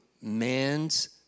Man's